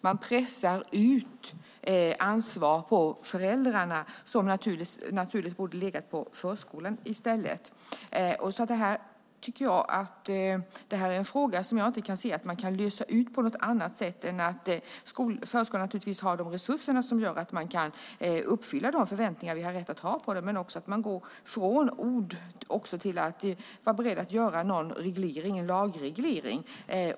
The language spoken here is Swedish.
Man pressar ut ansvar på föräldrarna som naturligt borde ligga på förskolan i stället. Det här är en fråga som jag inte kan se att man kan lösa på något annat sätt än att förskolan får de resurser som gör att man kan uppfylla de förväntningar vi har rätt att ha på den, men också att regeringen går från ord till att vara beredd att göra en lagreglering.